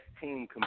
team